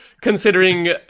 considering